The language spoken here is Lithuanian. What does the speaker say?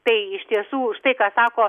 tai iš tiesų štai ką sako